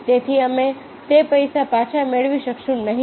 તેથી અમે તે પૈસા પાછા મેળવી શકીશું નહીં